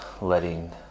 letting